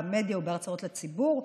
במדיה ובהרצאות לציבור.